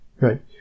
Right